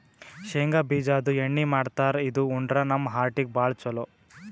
ಶೇಂಗಾ ಬಿಜಾದು ಎಣ್ಣಿ ಮಾಡ್ತಾರ್ ಇದು ಉಂಡ್ರ ನಮ್ ಹಾರ್ಟಿಗ್ ಭಾಳ್ ಛಲೋ